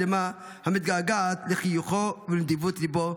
שלמה המתגעגעת לחיוכו ולנדיבות ליבו.